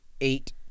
eight